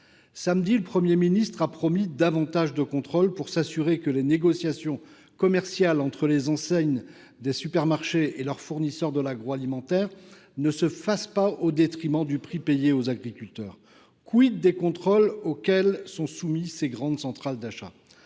dernier, le Premier ministre a promis davantage de contrôles pour s’assurer que les négociations commerciales entre les enseignes des supermarchés et leurs fournisseurs de l’agroalimentaire ne se fassent pas au détriment du prix payé aux agriculteurs. des contrôles auxquels sont soumises ces grandes centrales d’achat ?